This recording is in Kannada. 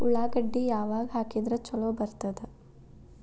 ಉಳ್ಳಾಗಡ್ಡಿ ಯಾವಾಗ ಹಾಕಿದ್ರ ಛಲೋ ಬರ್ತದ?